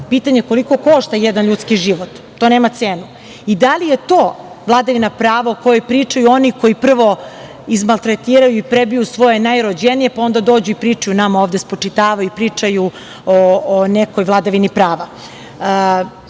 pitanje je koliko košta jedan ljudski život. To nema cenu. Da li je to vladavina prava o kojem pričaju oni koji prvo izmaltretiraju i prebiju svoje najrođenije, pa onda dođu i pričaju nama ovde i spočitavaju i pričaju o nekoj vladavini prava. Ali,